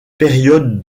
période